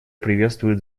приветствует